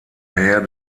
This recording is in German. herr